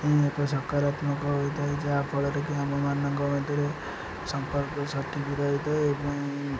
ଏକ ସକାରାତ୍ମକ ହୋଇଥାଏ ଯାହାଫଳରେ କି ଆମମାନଙ୍କ ମଧ୍ୟରେ ସମ୍ପର୍କ ହୋଇଥାଏ ଏବଂ